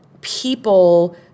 people